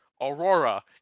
Aurora